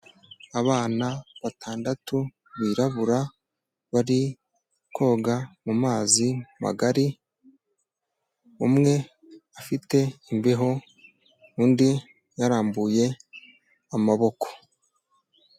Abana batandatu birabura bari koga mu mazi magari, umwe afite imbeho, undi yarambuye amaboko.